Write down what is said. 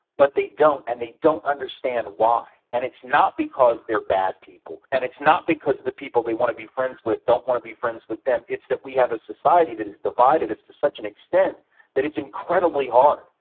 but they don't. and they don't understand why. and it's not because they're bad people, and it's not because the people they wanna be friends with don't wanna be friends with them. it's that we have a society that has divided us to such an extent that it's incredibly hard.